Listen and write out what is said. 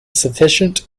sufficient